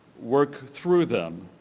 work through them,